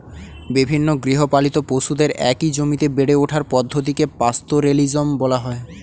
বিভিন্ন গৃহপালিত পশুদের একই জমিতে বেড়ে ওঠার পদ্ধতিকে পাস্তোরেলিজম বলা হয়